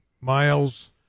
Miles